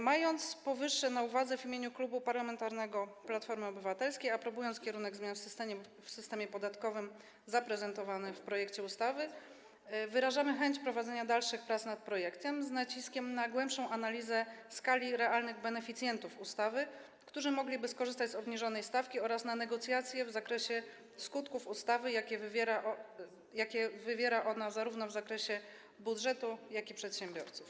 Mając powyższe na uwadze, w imieniu Klubu Parlamentarnego Platforma Obywatelska, aprobując kierunek zmian w systemie podatkowym zaprezentowanych w projekcie ustawy, wyrażamy chęć prowadzenia dalszych prac nad projektem, z naciskiem na głębszą analizę skali realnych beneficjentów ustawy, którzy mogliby skorzystać z obniżonej stawki, oraz na negocjacje w zakresie skutków ustawy, jakie wywiera ona w zakresie zarówno budżetu, jak i przedsiębiorców.